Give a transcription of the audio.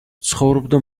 ცხოვრობდა